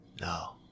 No